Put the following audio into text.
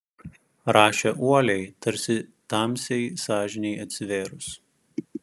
rašė uoliai tarsi tamsiai sąžinei atsivėrus